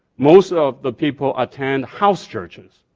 most of the people attend house churches.